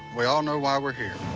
we all know why we're here.